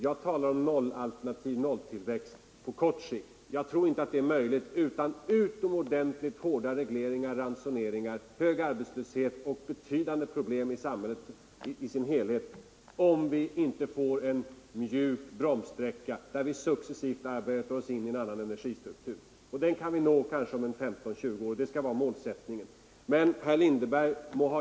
Jag talar om nollalternativ och nolltillväxt på kort sikt. Jag tror inte att ett sådant nollalternativ är möjligt utan utomordentligt hårda — Nr 131 regleringar och ransoneringar, hög arbetslöshet och betydande problem Fredagen den i samhället i dess helhet, om vi inte får en mjuk bromssträcka, där vi 29 november 1974 successivt arbetar oss in i en annan energistruktur. Den kan vi nå kanske I om 15-20 år; Det skall vara målsättningen. Herr Lindeberg må ha gjort — Ang.